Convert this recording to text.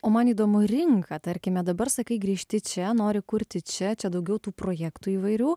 o man įdomu rinka tarkime dabar sakai grįžti čia nori kurti čia čia daugiau tų projektų įvairių